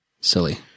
silly